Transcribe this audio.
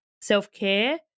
self-care